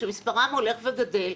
שמספרם הולך וגדל,